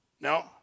No